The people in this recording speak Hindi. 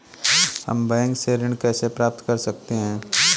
हम बैंक से ऋण कैसे प्राप्त कर सकते हैं?